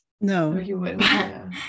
No